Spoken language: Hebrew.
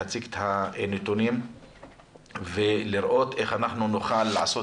להציג את הנתונים ולראות איך נוכל לעשות